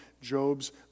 Job's